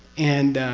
and